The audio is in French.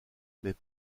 mais